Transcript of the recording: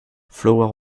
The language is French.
flower